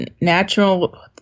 natural